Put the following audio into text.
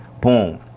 boom